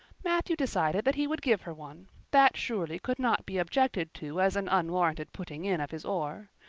matthew decided that he would give her one that surely could not be objected to as an unwarranted putting in of his oar.